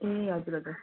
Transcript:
ए हजुर हजुर